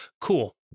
cool